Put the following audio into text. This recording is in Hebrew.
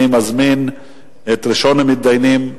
אני מזמין את ראשון המתדיינים,